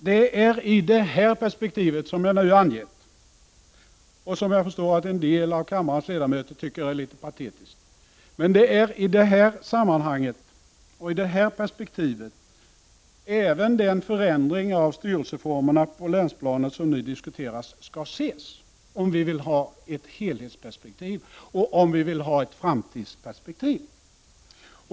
Det är i det perspektiv jag nu har beskrivit, och vilket jag förstår en del av kammarens ledamöter anser vara litet patetiskt, som även den förändring av styrelseformerna på länsplanet som nu diskuteras skall ses. Detta är nödvändigt om vi vill ha ett helhetsperspektiv och ett framtidsperspektiv.